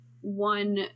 one